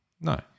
No